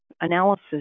analysis